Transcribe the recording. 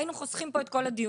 היינו חוסכים פה את כל הדיון.